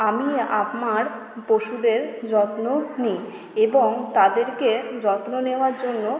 আমি আমার পশুদের যত্ন নিই এবং তাদেরকে যত্ন নেওয়ার জন্য